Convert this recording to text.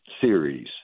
series